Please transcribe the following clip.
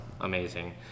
Amazing